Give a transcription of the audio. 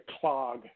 clog